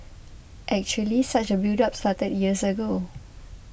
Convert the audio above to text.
actually such a buildup started years ago